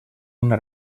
una